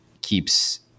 keeps